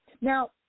Now